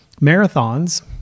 marathons